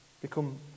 become